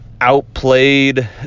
outplayed